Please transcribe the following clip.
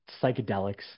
psychedelics